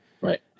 Right